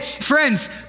friends